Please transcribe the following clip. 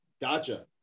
Gotcha